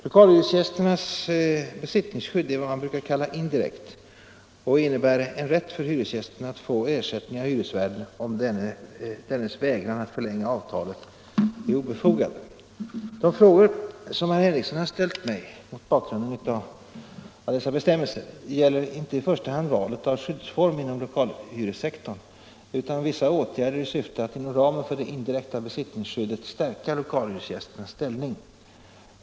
Lokalhyresgästernas besittningsskydd är vad man brukar kalla indirekt och innebär en rätt för hyresgästen att få ersättning av hyresvärden, om dennes vägran att förlänga avtalet är obefogad. De frågor som herr Henrikson har ställt till mig mot bakgrund av dessa bestämmelser gäller inte i första hand valet av skyddsform inom lokalhyressektorn utan vissa åtgärder i syfte att inom ramen för det indirekta besittningsskyddet stärka lokalhyresgästernas ställning.